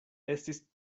estis